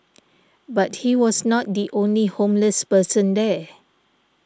but he was not the only homeless person there